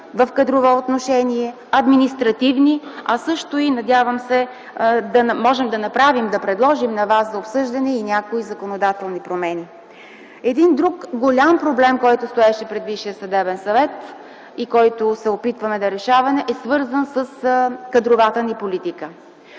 в кадрово отношение, административни, а също и, надявам се, да можем да предложим на вас за обсъждане и някои законодателни промени. Един друг голям проблем, който стоеше пред Висшия съдебен съвет и който се опитваме да решаваме, е свързан с кадровата ни политика.